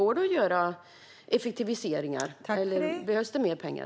Går det att göra effektiviseringar eller behövs det mer pengar?